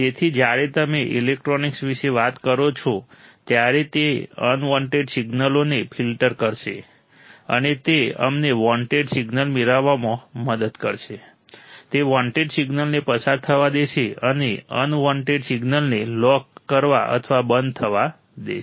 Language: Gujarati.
તેથી જ્યારે તમે ઇલેક્ટ્રોનિક્સ વિશે વાત કરો છો ત્યારે તે અનવોન્ટેડ સિગ્નલોને ફિલ્ટર કરશે અને તે અમને વોન્ટેડ સિગ્નલ મેળવવામાં મદદ કરશે તે વોન્ટેડ સિગ્નલને પસાર થવા દેશે અને અનવોન્ટેડ સિગ્નલને લૉક કરવા અથવા બંધ થવા દેશે